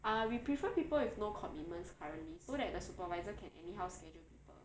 ah we prefer people with no commitments currently so that the supervisor can anyhow schedule people